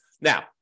Now